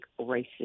racism